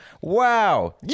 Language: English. Wow